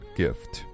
gift